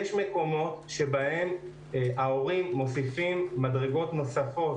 יש מקומות שבהם ההורים מוסיפים מדרגות נוספות,